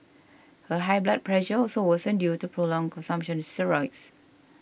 her high blood pressure also worsened due to prolonged consumption of steroids